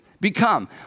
Become